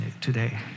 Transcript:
today